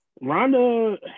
Ronda